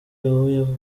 aho